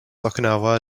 okinawa